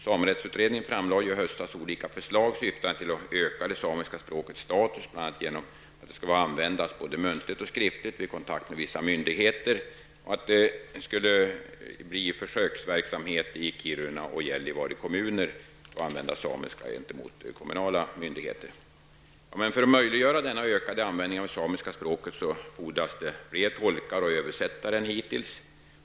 Samerättsutredningen framlade i höstas olika förslag, syftande till att öka det samiska språkets status, bl.a. genom att det skall användas både muntligt och skriftligt vid kontakt med vissa myndigheter; det skulle bedrivas försöksverksamhet i Kiruna och Gällivare kommuner med att använda samiska gentemot kommunala myndigheter. För att möjliggöra denna ökade användning av det samiska språket fordras det flera tolkar och översättare än hittills.